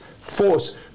force